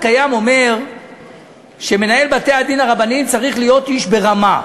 החוק הקיים אומר שמנהל בתי-הדין הרבניים צריך להיות איש ברמה.